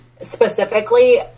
Specifically